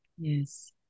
Yes